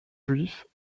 juifs